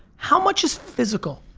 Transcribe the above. how much is physical?